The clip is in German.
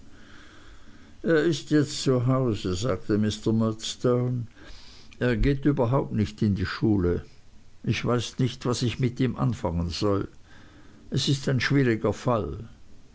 er ist jetzt zu hause sagte murdstone er geht überhaupt nicht in die schule ich weiß nicht was ich mit ihm anfangen soll es ist ein schwieriger fall